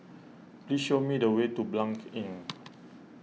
please show me the way to Blanc Inn